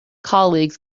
colleagues